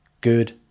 good